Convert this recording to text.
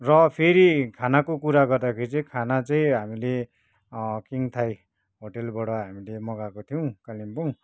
र फेरी खानाको कुरा गर्दाखेरि चाहिँ खाना चै हामीले किङ थाई होटेलबाट हामीले मगाएको थियौँ कालिम्पोङ